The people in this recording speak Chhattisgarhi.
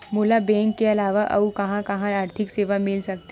मोला बैंक के अलावा आऊ कहां कहा आर्थिक सेवा मिल सकथे?